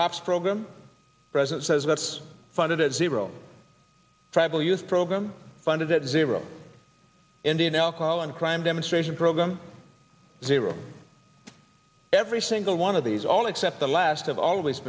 cops program president says that's funded at zero five will use program funded at zero indian alcohol and crime demonstration program zero every single one of these all except the last of al